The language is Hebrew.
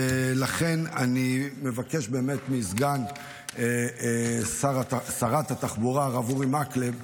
לכן אני מבקש מסגן שרת התחבורה הרב אורי מקלב: